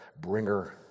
bringer